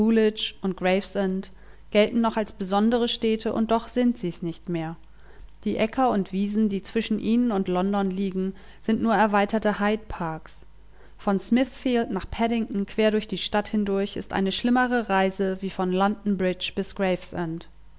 und gravesend gelten noch als besondere städte und doch sind sie's nicht mehr die äcker und wiesen die zwischen ihnen und london liegen sind nur erweiterte hyde parks von smithfield nach paddington quer durch die stadt hindurch ist eine schlimmere reise wie von london bridge bis